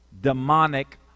demonic